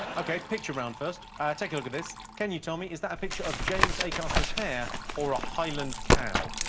okay picture round first take a look at this can you tell me is that a picture of james a castor's hare or a highland cow?